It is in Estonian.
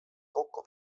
kokku